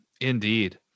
Indeed